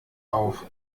auf